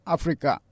Africa